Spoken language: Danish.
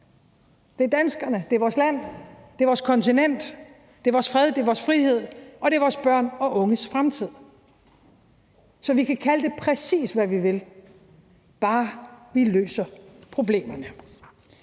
Det er danskerne, det er vores land, det er vores kontinent, det er vores fred, det er vores frihed, og det er vores børns og unges fremtid. Så vi kan kalde det, præcis hvad vi vil, bare vi løser problemerne.